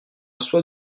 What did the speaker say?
soit